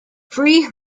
free